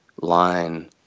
line